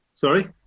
sorry